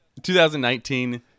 2019